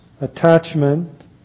Attachment